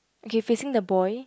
okay facing the boy